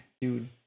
dude